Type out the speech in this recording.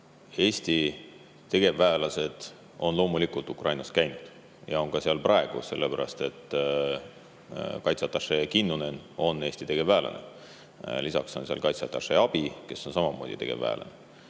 Eesti tegevväelased on loomulikult Ukrainas käinud ja on seal ka praegu, sest kaitseatašee Kinnunen on Eesti tegevväelane. Lisaks on seal kaitseatašee abi, kes on samamoodi tegevväelane.